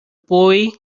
boy